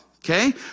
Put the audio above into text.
Okay